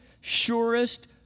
surest